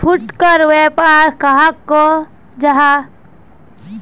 फुटकर व्यापार कहाक को जाहा?